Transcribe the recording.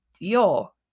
deal